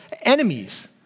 enemies